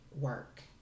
work